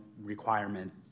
requirement